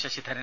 Sasidharan